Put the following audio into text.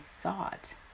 thought